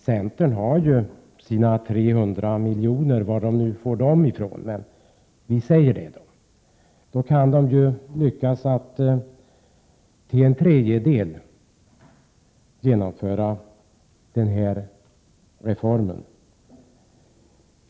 Centerpartiet har ju sina 300 miljoner — varifrån man nu får dem vet jag inte — och kan då lyckas med att till en tredjedel genomföra reformen.